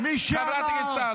חברת הכנסת דיסטל.